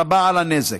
רבה על הנזק.